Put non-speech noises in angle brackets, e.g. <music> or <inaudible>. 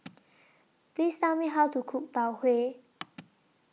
Please Tell Me How to Cook Tau Huay <noise>